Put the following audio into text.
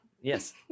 yes